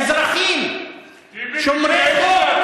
אזרחים שומרי חוק,